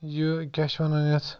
یہِ کیٛاہ چھِ وَنان یَتھ